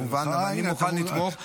אני מוכן לתמוך.